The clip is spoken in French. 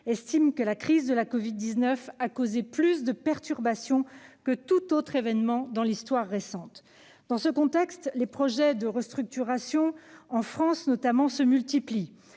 estime que la crise sanitaire a causé plus de perturbations que tout autre événement dans l'histoire récente. Dans ce contexte, les projets de restructuration se multiplient,